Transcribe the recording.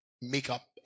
makeup